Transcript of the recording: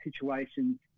situations